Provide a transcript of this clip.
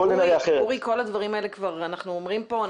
כל הדברים האלה אנחנו אומרים כאן.